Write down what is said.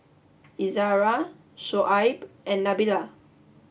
Izzara Shoaib and Nabila